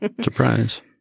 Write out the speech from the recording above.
surprise